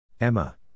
Emma